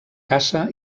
caça